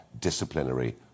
disciplinary